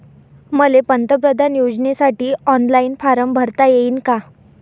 मले पंतप्रधान योजनेसाठी ऑनलाईन फारम भरता येईन का?